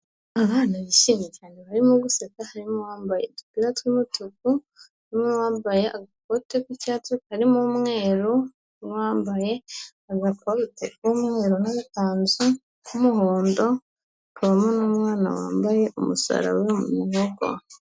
Abana bishimye cyane barimo gusetsa harimo wambaye udupira tw'umutuku, umwe wambaye agakote k'icyatsi karimo umweru, n'uwambaye agakoti k'umweru n'agakanzu k'umuhondo, hakabamo n'umwana wambaye umusaraba wo mu muhogo.